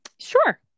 Sure